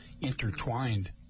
intertwined